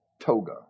toga